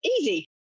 Easy